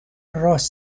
راس